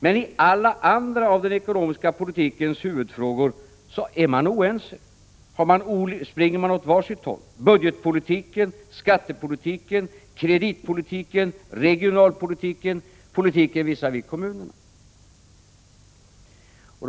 Men i alla andra av den ekonomiska politikens huvudfrågor är ni oense och springer åt var sitt håll — i budgetpolitiken, skattepolitiken, kreditpolitiken, regionalpolitiken, politiken visavi kommunerna.